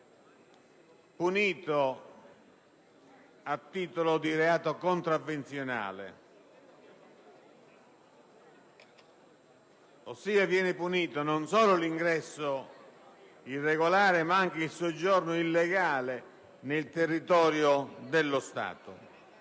a titolo di reato contravvenzionale, ossia è punito non solo l'ingresso irregolare ma anche il soggiorno illegale nel territorio dello Stato.